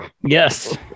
Yes